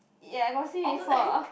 ya I got see before